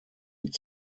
mit